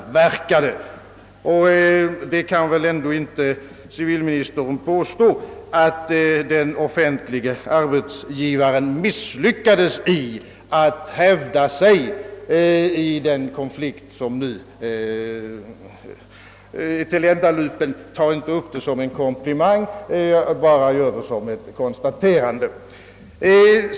Civilministern kan väl inte påstå att den offentliga arbetsgivaren misslyckades i att hävda sig i den konflikt som nu är tilländalupen? Ta inte upp detta som en komplimang; jag gör bara ett konstaterande.